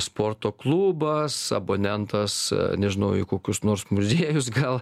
sporto klubas abonentas nežinojau į kokius nors muziejus gal